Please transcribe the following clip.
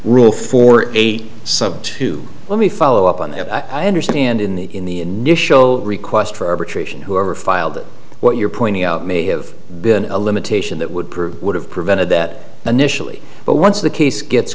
sub to let me follow up on that i understand in the in the initial request for arbitration whoever filed what you're pointing out may have been a limitation that would prove would have prevented that initially but once the case gets